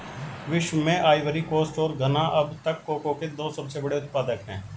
विश्व में Ivory Coast और घना अब तक कोको के दो सबसे बड़े उत्पादक है